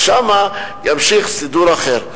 שם ימשיך סידור אחר.